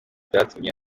byatumye